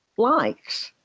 likes.